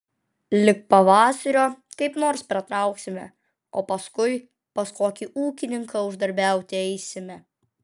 lig pavasario kaip nors pratrauksime o paskui pas kokį ūkininką uždarbiauti eisime